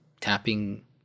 tapping